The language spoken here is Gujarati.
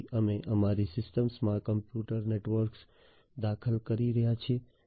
તેથી અમે અમારી સિસ્ટમમાં કોમ્પ્યુટર નેટવર્ક્સ દાખલ કરી રહ્યા છીએ